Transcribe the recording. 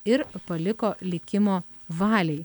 ir paliko likimo valiai